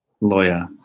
lawyer